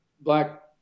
black